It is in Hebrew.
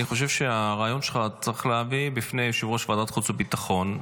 אני חושב שאת הרעיון שלך צריך להביא בפני יושב-ראש ועדת חוץ וביטחון.